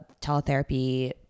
teletherapy